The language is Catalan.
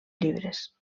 llibres